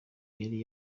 yari